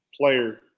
player